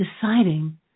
deciding